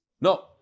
No